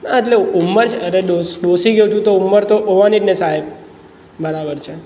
ના અટલે ઊંમર છે અટલે ડોશી જેટલી તો ઊંમર તો હોવાની જ ને સાહેબ બરાબર છે